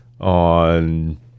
on